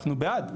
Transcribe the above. אנחנו בעד,